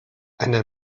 eine